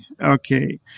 okay